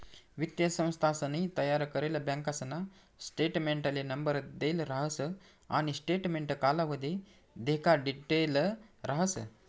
वित्तीय संस्थानसनी तयार करेल बँकासना स्टेटमेंटले नंबर देल राहस आणि स्टेटमेंट कालावधी देखाडिदेल राहस